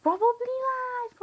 find properly lah